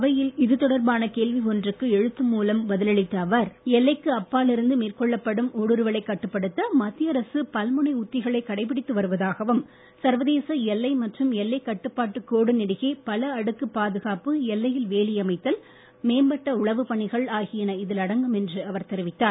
அவையில் இது தொடர்பான கேள்வி ஒன்றுக்கு எழுத்து மூலம் பதில் அளித்த அவர் எல்லைக்கு அப்பால் இருந்து மேற்கொள்ளப்படும் ஊடுருவலைக் கட்டுப்படுத்த மத்திய அரசு பல்முனை உத்திகளை கடைபிடித்து வருவதாகவும் சர்வதேச எல்லை மற்றும் எல்லைக் கட்டுப்பாட்டு கோடு நெடுகே பல அடுக்கு பாதுகாப்பு எல்லையில் வேலி அமைத்தல் மேம்பட்ட உளவுப் பணிகள் ஆகியன இதில் அடங்கும் என்றும் அவர் தெரிவித்தார்